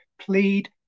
plead